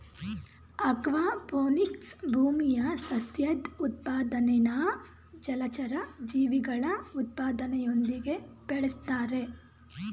aquaponics ಭೂಮಿಯ ಸಸ್ಯದ್ ಉತ್ಪಾದನೆನಾ ಜಲಚರ ಜೀವಿಗಳ ಉತ್ಪಾದನೆಯೊಂದಿಗೆ ಬೆಳುಸ್ತಾರೆ